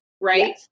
right